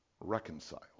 reconciled